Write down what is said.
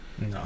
No